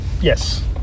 Yes